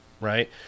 Right